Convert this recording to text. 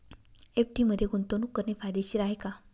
FD मध्ये गुंतवणूक करणे फायदेशीर आहे का?